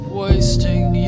wasting